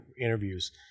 interviews